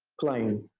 plane.